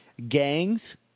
gangs